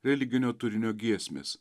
religinio turinio giesmės